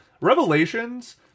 Revelations